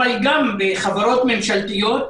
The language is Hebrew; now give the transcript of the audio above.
אבל גם בחברות ממשלתיות.